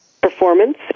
performance